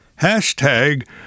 hashtag